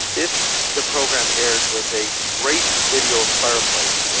if the program aired with a great video of a fireplace,